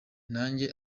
nanjye